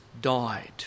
died